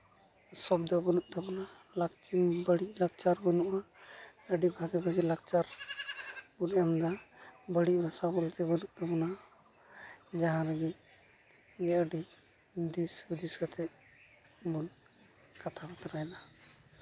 ᱥᱚᱵᱫᱚ ᱵᱟᱹᱱᱩᱜ ᱛᱟᱵᱚᱱᱟ ᱞᱟᱠᱪᱟᱨ ᱵᱟᱹᱲᱤᱡ ᱞᱟᱠᱪᱟᱨ ᱵᱟᱹᱱᱩᱜᱼᱟ ᱟᱹᱰᱤ ᱵᱷᱟᱜᱮ ᱵᱷᱟᱜᱮ ᱞᱟᱠᱪᱟᱨ ᱵᱚᱱ ᱮᱢᱫᱟ ᱵᱟᱹᱲᱤᱡ ᱵᱷᱟᱥᱟ ᱵᱚᱞᱛᱮ ᱵᱟᱹᱱᱩᱜ ᱛᱟᱵᱚᱱᱟ ᱡᱟᱦᱟᱸ ᱨᱮᱜᱮ ᱜᱮ ᱟᱹᱰᱤ ᱫᱤᱥ ᱦᱩᱫᱤᱥ ᱠᱟᱛᱮᱜ ᱵᱚᱱ ᱠᱟᱛᱟ ᱵᱟᱛᱨᱟᱭᱫᱟ